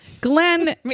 Glenn